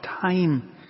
time